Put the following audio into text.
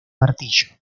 martillo